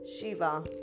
Shiva